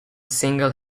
single